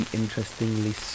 interestingly